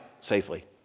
safely